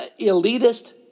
Elitist